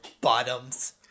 Bottoms